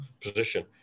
position